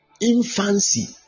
infancy